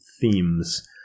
themes